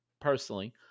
personally